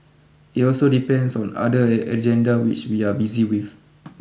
it also depends on other agenda which we are busy with